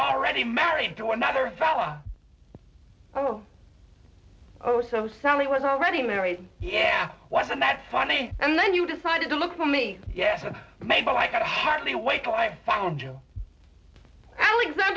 already married to another fella oh oh so sally was already married yeah wasn't that funny and then you decided to look for me yes i mable i could hardly wait till i found you ale